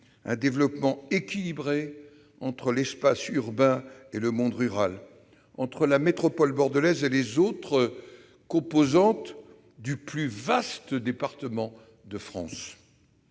entretenu, équilibré entre espace urbain et monde rural, entre la métropole bordelaise et les autres composantes du plus vaste département de France